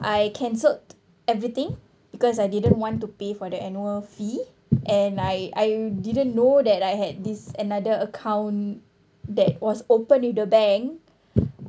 I cancelled everything because I didn't want to pay for the annual fee and I I didn't know that I had this another account that was open with the bank